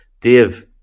Dave